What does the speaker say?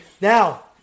Now